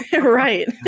Right